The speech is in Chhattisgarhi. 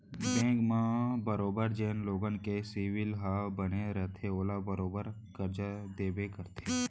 बेंक मन बरोबर जेन लोगन के सिविल ह बने रइथे ओला बरोबर करजा देबे करथे